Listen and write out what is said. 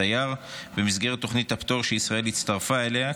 כתייר במסגרת תוכנית הפטור שישראל הצטרפה אליה,